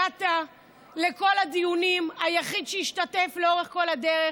הגעת לכל הדיונים, היחיד שהשתתף לאורך כל הדרך,